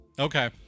Okay